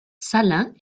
salins